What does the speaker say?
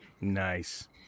Nice